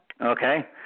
Okay